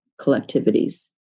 collectivities